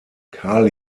karl